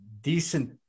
decent